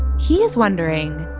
he is wondering,